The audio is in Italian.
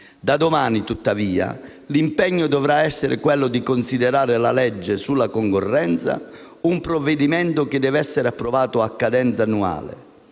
Da domani, tuttavia, l'impegno dovrà essere quello di considerare la legge sulla concorrenza un provvedimento che deve essere approvato a cadenza annuale.